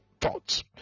Thoughts